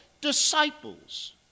disciples